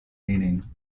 meaning